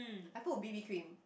I put b_b-cream